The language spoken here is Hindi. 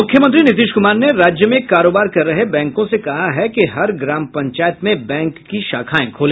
मुख्यमंत्री नीतीश कुमार ने राज्य में कारोबार कर रहे बैंकों से कहा है कि हर ग्राम पंचायत में बैंक की शाखाएं खोले